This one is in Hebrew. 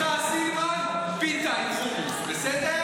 קפה זה חלבי, סליחה, סילמן, פיתה עם חומוס, בסדר?